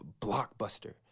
blockbuster